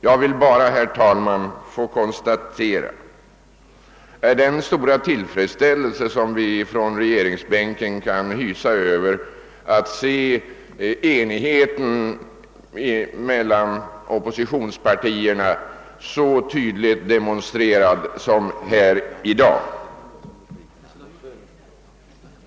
Jag vill bara, herr talman, konstatera den stora tillfredsställelse som vi på regeringsbänken kan hysa över att se »enigheten» mellan oppositionspartierna så tydligt demonstrerad som fallet är här i dag.